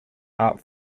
art